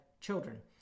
children